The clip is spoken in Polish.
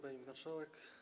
Pani Marszałek!